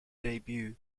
debut